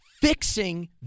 fixing